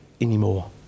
anymore